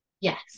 Yes